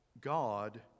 God